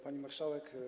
Pani Marszałek!